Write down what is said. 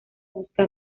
busca